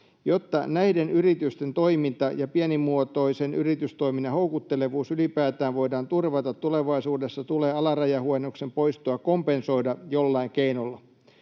Jotta näiden yritysten toiminta ja pienimuotoisen yritystoiminnan houkuttelevuus ylipäätään voidaan turvata tulevaisuudessa, tulee alarajahuojennuksen poistoa kompensoida jollain keinolla.